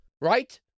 right